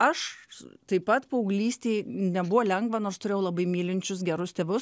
aš taip pat paauglystėj nebuvo lengva nors turėjau labai mylinčius gerus tėvus